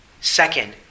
Second